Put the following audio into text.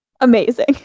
Amazing